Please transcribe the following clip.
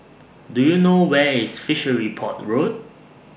Do YOU know Where IS Fishery Port Road